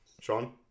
Sean